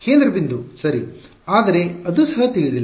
ಕೇಂದ್ರ ಬಿಂದು ಸರಿ ಆದರೆ ಅದು ಸಹ ತಿಳಿದಿಲ್ಲ